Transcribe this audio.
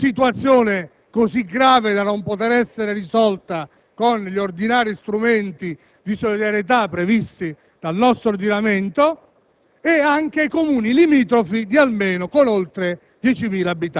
di provincia, che probabilmente non hanno situazioni così gravi da non poter essere risolte con gli ordinari strumenti di solidarietà previsti dal nostro ordinamento,